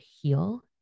heal